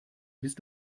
bist